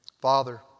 Father